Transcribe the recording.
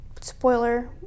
spoiler